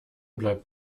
bleibt